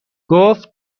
گفت